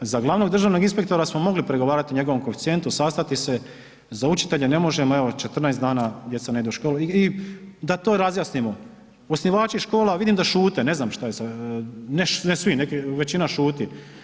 Za glavnog državnog inspektora smo mogli pregovarati o njegovom koeficijentu, sastati se, za učitelje ne možemo, evo 14 dana djeca ne idu u školu i da to razjasnimo, osnivači škola, vidim da šute, ne znam šta je sa, ne svi, neki, većina šuti.